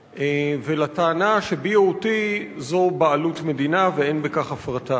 ולטענה ש-BOT זו בעלות מדינה ואין בכך הפרטה.